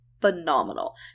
phenomenal